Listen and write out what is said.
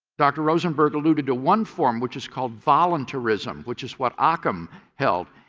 dr. rosenberg alluded to one form which is called voluntarism which is what ockham held.